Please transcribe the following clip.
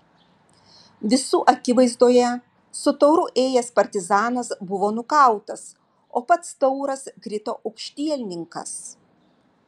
visų akivaizdoje su tauru ėjęs partizanas buvo nukautas o pats tauras krito aukštielninkas